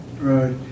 Right